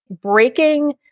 breaking